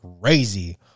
crazy